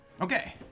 Okay